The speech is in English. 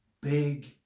big